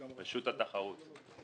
רשות התחרות.